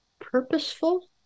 purposeful